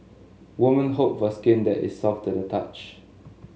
women hope for skin that is soft to the touch